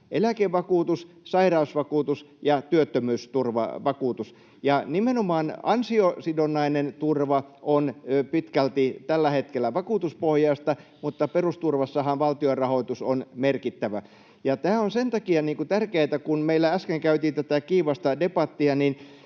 eläkevakuutus, sairausvakuutus ja työttömyysturvavakuutus. Nimenomaan ansiosidonnainen turva on tällä hetkellä pitkälti vakuutuspohjaista, mutta perusturvassahan valtion rahoitus on merkittävä. Tämä on sen takia tärkeätä — kun meillä äsken käytiin tätä kiivasta debattia,